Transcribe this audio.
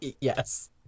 Yes